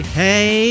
hey